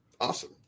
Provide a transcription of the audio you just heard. Awesome